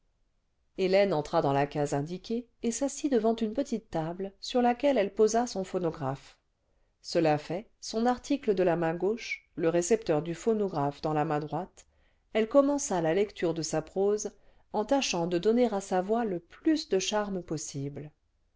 hélène entra dans la case indiquée et s'assit devant une petite table sur laquelle elle posa son phonographe cela fait son article de la main gauche le récepteur du phonographe dans la main droite elle commença la lecture de sa prose en tâchant de donner à sa voix le plus de charme possible